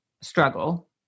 struggle